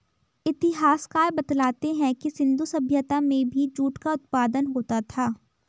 इतिहासकार बतलाते हैं कि सिन्धु सभ्यता में भी जूट का उत्पादन होता था